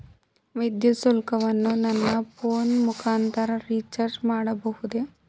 ವಿದ್ಯುತ್ ಶುಲ್ಕವನ್ನು ನನ್ನ ಫೋನ್ ಮುಖಾಂತರ ರಿಚಾರ್ಜ್ ಮಾಡಬಹುದೇ?